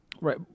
Right